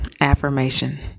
affirmation